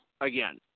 again